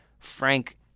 Frank